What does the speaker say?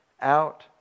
out